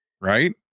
right